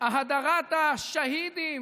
האדרת השהידים,